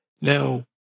Now